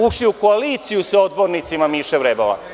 Ušli u koaliciju sa odbornicima Miše Vrebala.